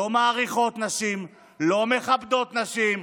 לא מעריכות נשים, לא מכבדות נשים,